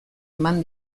eman